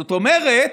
זאת אומרת,